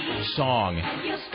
song